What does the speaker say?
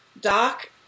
doc